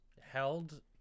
held